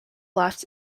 left